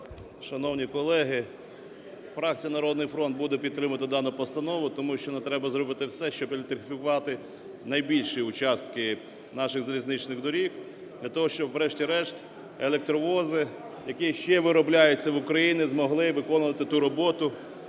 Шановні колеги, фракція "Народний фронт" буде підтримувати дану постанову, тому що нам треба зробити все, щоб електрифікувати найбільшіучастки наших залізничних доріг для того, щоб врешті-решт електровози, які ще виробляються в Україні, змогли виконувати ту роботу,